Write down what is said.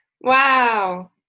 Wow